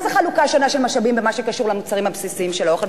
מה זה חלוקה שונה של משאבים במה שקשור למוצרים הבסיסיים של האוכל?